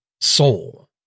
soul